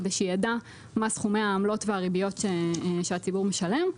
כדי שידע מה סכומי העמלות והריביות שהציבור משלם.